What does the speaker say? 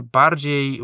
bardziej